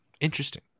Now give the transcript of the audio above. Interesting